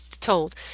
told